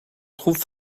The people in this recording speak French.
trouvent